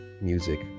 music